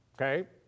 Okay